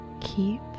Keep